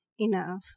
enough